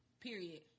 Period